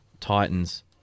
Titans